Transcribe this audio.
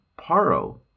Paro